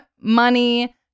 money